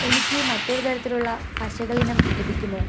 എനിക്ക് മറ്റൊരു തരത്തിലുള്ള പശകൾ ഇനം ലഭിക്കുമോ